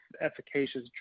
efficacious